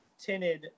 tinted